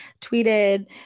tweeted